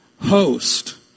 host